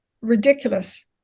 ridiculous